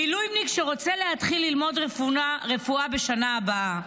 מילואימניק שרוצה להתחיל ללמוד רפואה בשנה הבאה.